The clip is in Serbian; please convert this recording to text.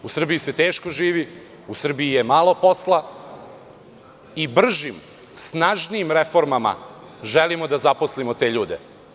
U Srbiji se teško živi, u Srbiji je malo posla i bržim, snažnijim reformama želimo da zaposlimo te ljude.